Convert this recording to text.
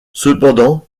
cependant